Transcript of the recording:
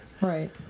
right